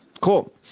Cool